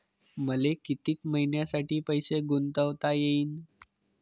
मले कितीक मईन्यासाठी पैसे गुंतवता येईन?